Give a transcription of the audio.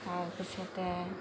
তাৰপিছতে